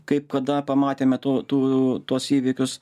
kaip kada pamatėme tų tų tuos įvykius